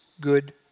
good